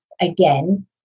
again